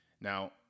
Now